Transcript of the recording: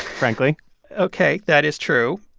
frankly ok, that is true,